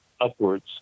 upwards